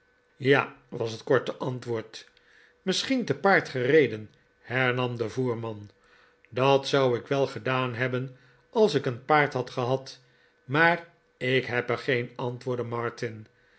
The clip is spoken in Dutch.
ja was het korte antwoord misschien te paard gereden hernam de voerman dat zou ik wel gedaan hebben als ik een paard had gehad maar ik heb er geen antwoordde martin